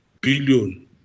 billion